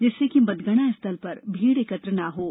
जिससे कि मतगणना स्थल पर भीड़ एकत्र न हो सके